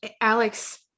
Alex